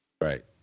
Right